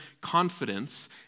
confidence